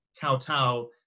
Kowtow